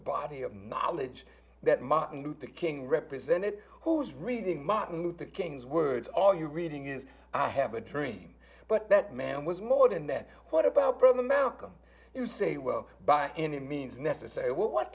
body of knowledge that martin luther king represented who was reading martin luther king's words all you're reading is i have a dream but that man was more than that what about for the malcolm you say well by any means necessary what